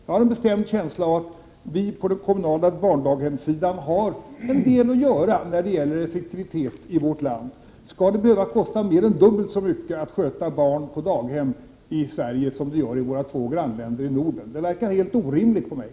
Jag har en bestämd känsla av att vi har en del att göra när det gäller effektivitet på de kommunala barndaghemmen. Skall det behöva kosta mer än dubbelt så mycket att sköta barn på daghem i Sverige än vad det gör i våra två grannländer i Norden? Det verkar helt orimligt för mig.